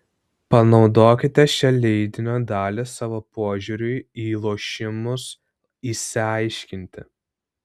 panaudokite šią leidinio dalį savo požiūriui į lošimus išsiaiškinti